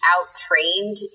out-trained